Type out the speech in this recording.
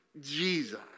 Jesus